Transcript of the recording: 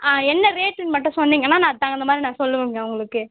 ஆ என்ன ரேட்டுன்னு மட்டும் சொன்னிங்கன்னால் நான் அதுக்கு தகுந்த மாதிரி நான் சொல்லுவேங்க உங்களுக்கு